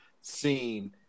scene